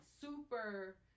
super